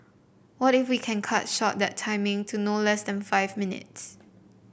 what if we can cut short that timing to less than five minutes